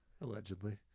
Allegedly